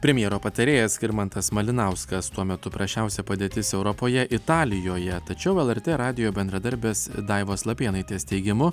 premjero patarėjas skirmantas malinauskas tuo metu prasčiausia padėtis europoje italijoje tačiau lrt radijo bendradarbės daivos lapėnaitės teigimu